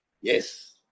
Yes